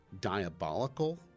diabolical